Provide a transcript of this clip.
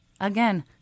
again